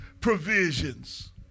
provisions